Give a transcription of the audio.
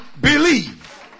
believe